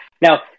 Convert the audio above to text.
Now